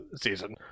season